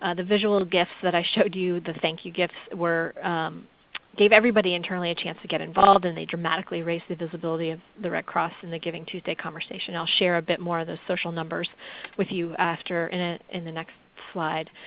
ah the visual gifts that i showed you, the thank you gifts, gave everybody internally a chance to get involved and they dramatically raised the visibility of the red cross in the givingtuesday conversation. i'll share a bit more on the social numbers with you after, in ah in the next slide.